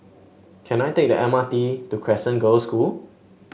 can I take the M R T to Crescent Girls' School